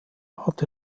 hatte